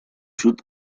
through